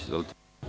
Izvolite.